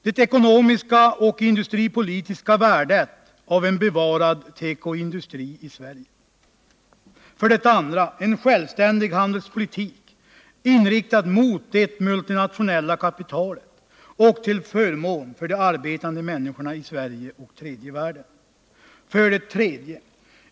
Det ekonomiska och industripolitiska värdet av en bevarad tekoindustri i Sverige. 2. En självständig handelspolitik, inriktad mot det multinationella kapitalet och till förmån för de arbetande människorna i Sverige och tredje världen. 3.